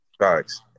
Guys